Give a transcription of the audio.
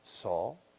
Saul